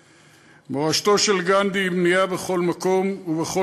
מורשתו של גנדי היא בנייה בכל מקום ובכל